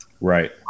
Right